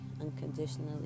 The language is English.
unconditionally